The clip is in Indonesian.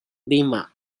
lima